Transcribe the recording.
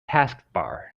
taskbar